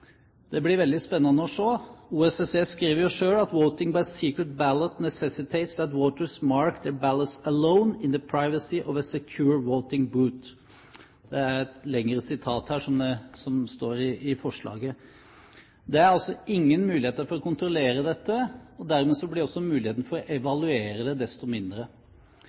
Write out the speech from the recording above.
Det blir veldig spennende å se. OSSE skrev jo selv: «Voting by secret ballot necessitates that voters mark their ballots alone, in the privacy of a secure voting booth.» Det er et lengre sitat, som står i forslaget. Det er altså ingen muligheter for å kontrollere dette, og dermed blir også muligheten for evaluering desto mindre. Så til påstanden om at dette kan ordne seg, fordi det